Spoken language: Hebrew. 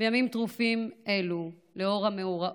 בימים טרופים אלו, לנוכח המאורעות,